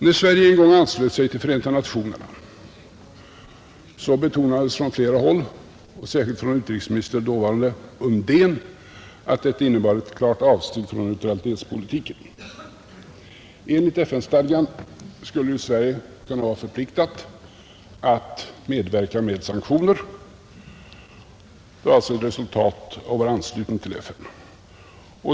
När Sverige en gång anslöt sig till Förenta nationerna betonades det från flera håll, särskilt från dåvarande utrikesministern Undén, att detta innebar ett klart avsteg från neutralitetspolitiken. Enligt FN-stadgan skulle Sverige kunna vara förpliktat att medverka med sanktioner. Det var alltså ett resultat av vår anslutning till FN.